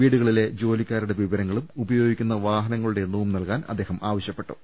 വീടുകളിലെ ജോലിക്കാരുടെ വിവരങ്ങളും ഉപയോഗിക്കുന്ന വാഹനങ്ങളുടെ എണ്ണവും നല്കാൻ അദ്ദേഹം ആവശ്യപ്പെട്ടു